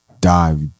dive